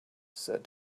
said